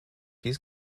dies